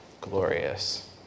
glorious